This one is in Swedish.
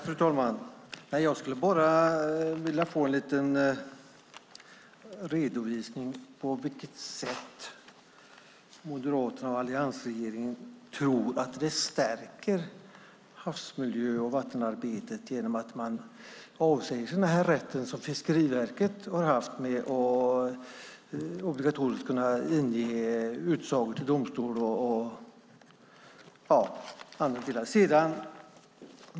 Fru talman! Jag skulle vilja få en liten redovisning av på vilket sätt Moderaterna och alliansregeringen tror att det stärker havsmiljö och vattenarbetet att man avsäger sig rätten som Fiskeriverket har haft att obligatoriskt kunna inge utsagor till domstol och andra delar.